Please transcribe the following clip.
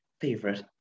favorite